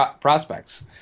prospects